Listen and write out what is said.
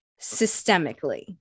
systemically